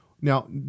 Now